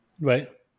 Right